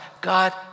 God